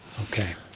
Okay